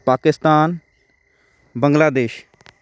Pakistan Bangladesh